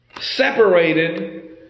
Separated